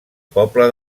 poble